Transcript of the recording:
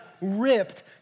ripped